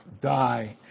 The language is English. die